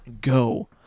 go